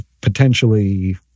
potentially